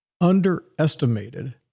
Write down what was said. underestimated